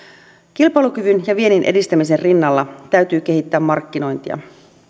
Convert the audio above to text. kilpailukyvyn ja viennin edistämisen rinnalla täytyy kehittää markkinointia